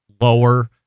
lower